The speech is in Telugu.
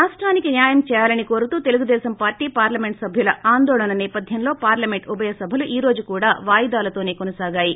రాష్టానికి న్యాయం చేయాలని కోరుతూ తెలుగుదేశం పార్టీ పార్లమెంట్ సభ్యుల ఆందోళన నేపధ్యం లో పార్లమెంటు ఉభయసభలు ఈ రోజు కూడా వాయిదాలతోసే కొనసాగాయి